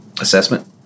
assessment